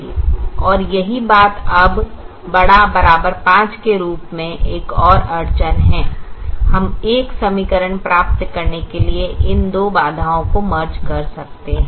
और यही बात अब ≥ 5 के रूप में एक और अड़चन है हम एक समीकरण प्राप्त करने के लिए इन दो बाधाओं का विलय कर सकते हैं